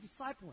discipling